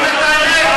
מה קרה, כואבת האמת?